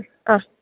അ